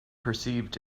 perceived